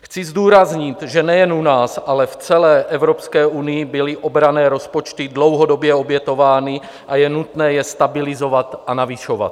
Chci zdůraznit, že nejen u nás, ale v celé Evropské unii byly obranné rozpočty dlouhodobě obětovány a je nutné je stabilizovat a navyšovat.